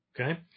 okay